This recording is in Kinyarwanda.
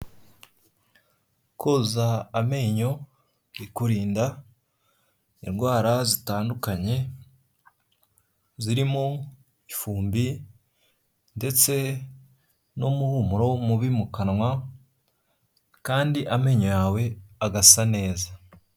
Koza amenyo ikurinda indwara zitandukanye zirimo ifumbi ndetse n'umuhumuro mubi mu kanwa kandi amenyo yawe agasa neza.